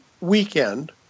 weekend